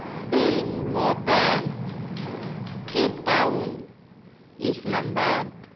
Belmopan Cape Town Islamabad